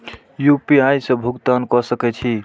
UPI से भुगतान क सके छी?